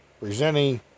presenting